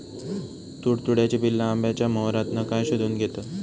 तुडतुड्याची पिल्ला आंब्याच्या मोहरातना काय शोशून घेतत?